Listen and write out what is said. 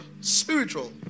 spiritual